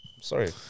Sorry